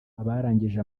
abarangije